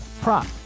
prop